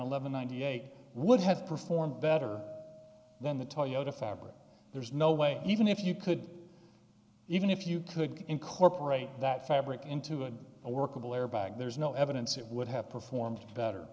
eleven ninety eight would have performed better than the toyota fabric there's no way even if you could even if you could incorporate that fabric into a workable airbag there's no evidence it would have performed better